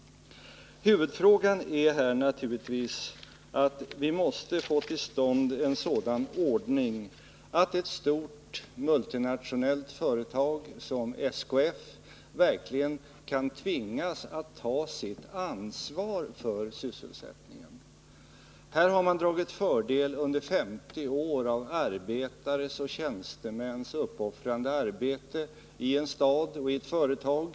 Huvudfrågan är här naturligtvis att vi måste få till stånd en sådan ordning, att ett stort multinationellt företag som SKF verkligen kan tvingas att ta sitt ansvar för sysselsättningen. Här har man under 50 år dragit fördel av arbetares och tjänstemäns uppoffrande arbete i en stad och i ett företag.